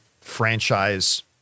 franchise